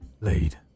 lead